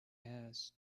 has